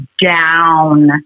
down